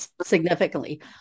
significantly